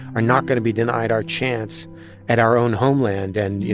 are not going to be denied our chance at our own homeland. and you